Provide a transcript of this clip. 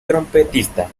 trompetista